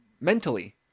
mentally